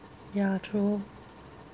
ya true